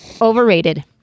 overrated